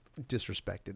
disrespected